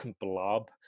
blob